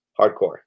Hardcore